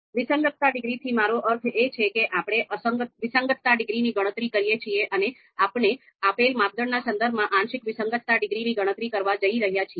વિસંગતતા ડિગ્રીથી મારો અર્થ એ છે કે આપણે વિસંગતતા ડિગ્રીની ગણતરી કરીએ છીએ અને આપણે આપેલ માપદંડના સંદર્ભમાં આંશિક વિસંગતતા ડિગ્રીની ગણતરી કરવા જઈ રહ્યા છીએ